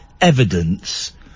evidence